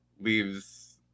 leaves